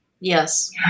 Yes